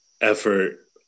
effort